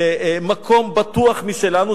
מקום בטוח משלנו,